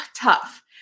tough